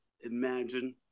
imagine